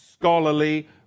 scholarly